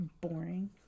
boring